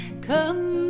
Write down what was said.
Come